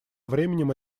временем